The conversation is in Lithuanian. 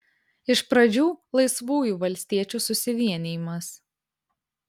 iš pradžių laisvųjų valstiečių susivienijimas